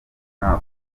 nta